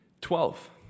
Twelve